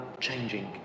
changing